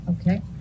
Okay